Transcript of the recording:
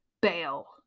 bail